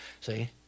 see